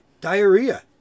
Diarrhea